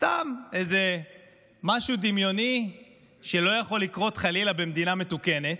סתם איזה משהו דמיוני שלא יכול לקרות חלילה במדינה מתוקנת,